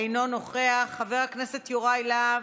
אינו נוכח, חבר הכנסת יוראי להב,